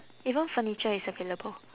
even furniture is available